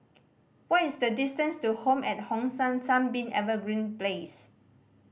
what is the distance to Home at Hong San Sunbeam Evergreen Place